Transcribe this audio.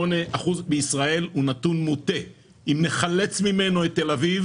אחוז מישראל הוא נתון מוטה אם נחלץ ממנו את תל אביב,